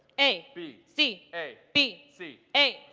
a b c a b c a